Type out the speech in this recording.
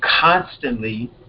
constantly